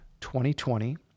2020